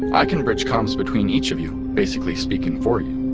i can bridge comms between each of you, basically speaking for you